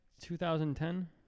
2010